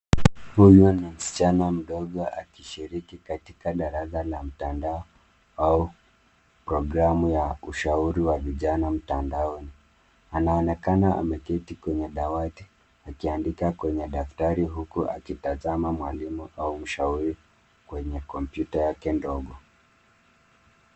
Huyu ni msichana mdogo akishiriki katika darasa la mtandao au programu ya ushauri wa vijana mtandaoni. Anaonekana ameketi kwenye dawati akiandika kwenye daftari huku akitazama mwalimu au ushauri kwenye komputa yake ndogo.